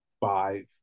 five